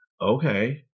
okay